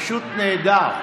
פשוט נהדר.